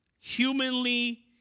humanly